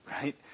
right